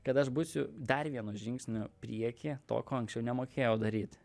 kad aš būsiu dar vienu žingsniu prieky to ko anksčiau nemokėjau daryt